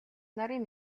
нарын